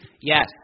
Yes